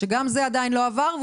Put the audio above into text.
גם זה עדיין לא עבר,